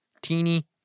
teeny